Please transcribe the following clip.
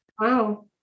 Wow